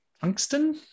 tungsten